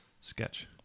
sketch